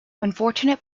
unfortunate